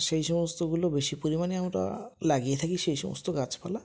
সেই সমস্তগুলো বেশি পরিমাণে আমরা লাগিয়ে থাকি সেই সমস্ত গাছপালা